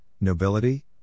Nobility